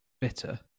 bitter